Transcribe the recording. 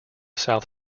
south